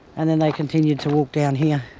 and then they continued to walk down here.